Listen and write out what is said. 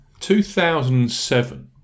2007